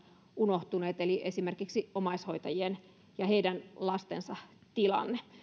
unohtuneet eli esimerkiksi omaishoitajien ja heidän lastensa tilanteen